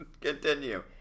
Continue